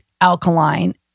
alkaline